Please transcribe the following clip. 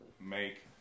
make